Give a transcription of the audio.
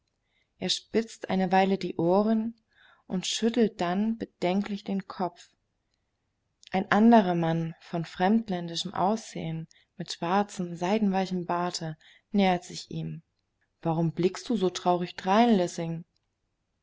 er spitzt eine weile die ohren und schüttelt dann bedenklich den kopf ein anderer mann von fremdländischem aussehen mit schwarzem seidenweichem barte nähert sich ihm warum blickst du so traurig drein